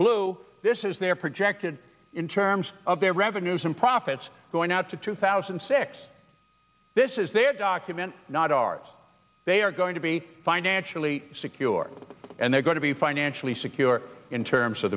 blue this is their projected in terms of their revenues and profits going out to two thousand and six this is their document not ours they are going to be financially secure and they're going to be financially secure in terms of